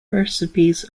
recipes